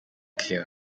clear